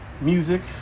music